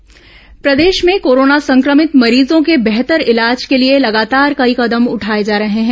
corona समाचार प्रदेश में कोरोना संक्रमित मरीजों के बेहतर इलाज के लिए लगातार कई कदम उठाए जा रहे हैं